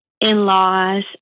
in-laws